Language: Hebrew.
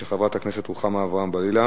של חברת הכנסת רוחמה אברהם-בלילא,